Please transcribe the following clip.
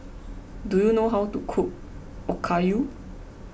do you know how to cook Okayu